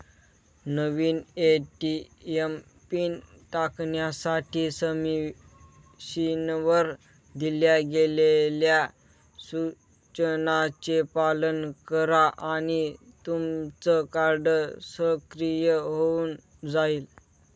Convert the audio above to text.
नवीन ATM PIN टाकण्यासाठी मशीनवर दिल्या गेलेल्या सूचनांचे पालन करा आणि तुमचं कार्ड सक्रिय होऊन जाईल